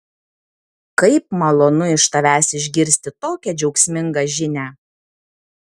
kaip malonu iš tavęs išgirsti tokią džiaugsmingą žinią